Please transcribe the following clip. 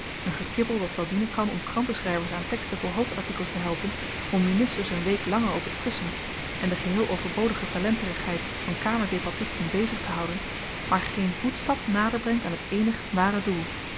een gekibbel dat wel dienen kan om kranten schryvers aan teksten voor hoofdartikels te helpen om ministers een week langer op t kussen en de geheel overbodige talenterigheid van kamerdebattisten bezig te houden maar geen voetstap nader brengt aan t eenig ware doel